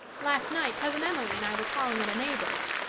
last night cousin emily and i were calling at a neighbor's.